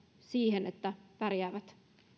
että pärjäävät